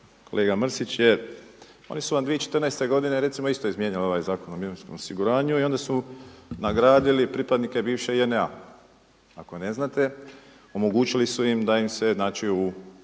kolega Mrsić jer oni su vam 2014. godine recimo isto izmijenjali ovaj Zakon o mirovinskom osiguranju i onda su nagradili pripadnike bivše JNA. Ako ne znate omogućili su im da im se znači u